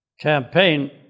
campaign